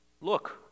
Look